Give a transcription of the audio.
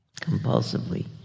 compulsively